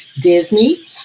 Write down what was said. Disney